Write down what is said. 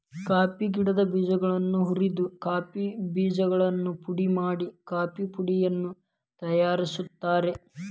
coffee ಗಿಡದ ಬೇಜಗಳನ್ನ ಹುರಿದ ಕಾಫಿ ಬೇಜಗಳನ್ನು ಪುಡಿ ಮಾಡಿ ಕಾಫೇಪುಡಿಯನ್ನು ತಯಾರ್ಸಾತಾರ